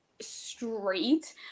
straight